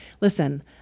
listen